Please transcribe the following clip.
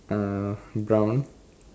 uh brown